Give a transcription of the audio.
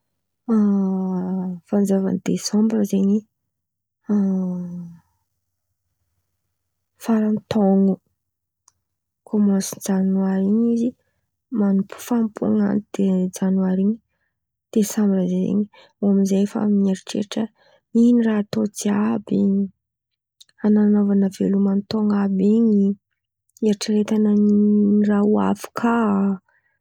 Fanjava ny Desambra zen̈y faran̈y taon̈o, kômansy Janoary in̈y izy mamp- fanompoan̈a. De Janoary in̈y Desambra zay zen̈y eo amy zay efa mieritreritra ino raha atao jiàby ananaovan̈a veloma taon̈o àby in̈y, ieritreretan̈a ny raha ho avy kà.